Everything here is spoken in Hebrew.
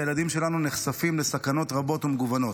הילדים שלנו נחשפים לסכנות רבות ומגוונות.